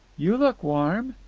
you look warm.